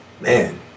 man